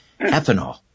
ethanol